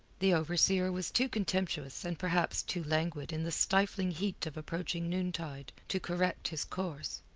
the overseer was too contemptuous and perhaps too languid in the stifling heat of approaching noontide to correct his course.